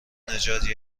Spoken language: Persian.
نژادی